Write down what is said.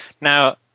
now